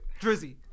Drizzy